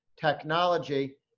technology